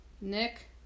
Nick